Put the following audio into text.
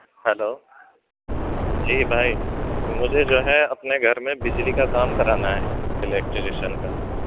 hello جی بھائی مجھے جو ہے اپنے گھر میں بجلی کا کام کرانا ہے الیکٹریشین کا